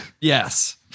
Yes